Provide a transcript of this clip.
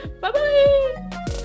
Bye-bye